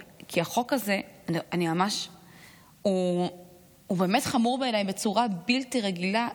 כי החוק הזה הוא באמת חמור בעיניי בצורה בלתי רגילה,